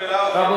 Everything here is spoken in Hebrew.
רוחמה בלבלה,